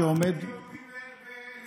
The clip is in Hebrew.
מפנים אנשים יהודים בתוך שניות,